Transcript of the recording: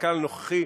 והרמטכ"ל הנוכחי,